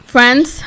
Friends